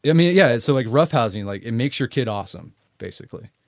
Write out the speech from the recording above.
yeah mean yeah, so like roughhousing like it makes your kid awesome basically